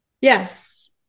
Yes